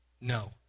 No